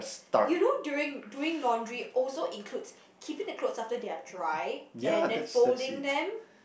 you know during doing laundry also includes keeping the clothes after they are dry and then folding them